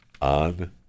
on